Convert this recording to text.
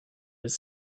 was